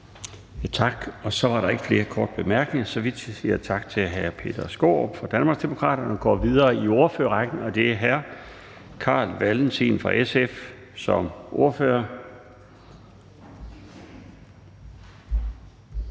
Tak. Så er der ikke flere korte bemærkninger, så vi siger tak til hr. Peter Skaarup fra Danmarksdemokraterne. Vi går videre i ordførerrækken, og det er nu hr. Carl Valentin fra SF som ordfører.